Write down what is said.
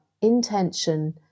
intention